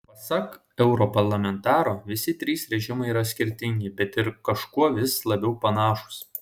pasak europarlamentaro visi trys režimai yra skirtingi bet ir kažkuo vis labiau panašūs